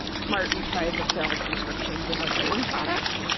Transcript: smart retries of failed subscriptions in our billing product.